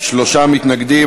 שלושה מתנגדים.